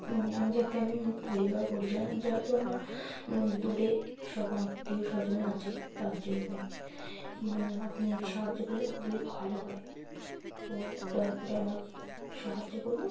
আমি যাতে আমি পরিবার পরিচাল যহেতু আমার দূরে সব আত্মীয় স্বজন আছে তার জন্যই আপনি সাহায্য করলে খুবই ভালো হয় তো দয়া করে আমার সাহায্য করুন